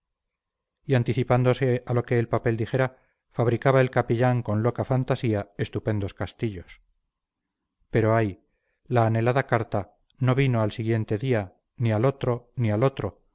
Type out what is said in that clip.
y anticipándose a lo que el papel dijera fabricaba el capellán con loca fantasía estupendos castillos pero ay la anhelada carta no vino al siguiente día ni al otro ni al otro